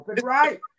right